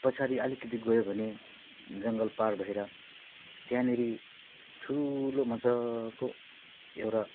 पछाडि अलिकति गयो भने जङ्गल पार भएर त्यहाँनेरि ठुलो मजाको एउटा